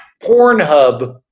Pornhub